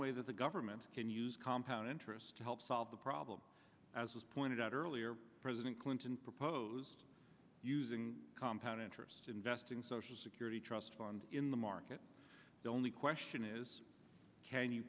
way that the government can use compound interest to help solve the problem as was pointed out earlier president clinton proposed using compound interest investing social security trust fund in the market the only question is